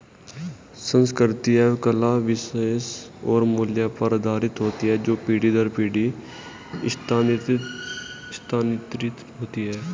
संस्कृति एवं कला विश्वास और मूल्य पर आधारित होती है जो पीढ़ी दर पीढ़ी स्थानांतरित होती हैं